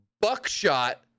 buckshot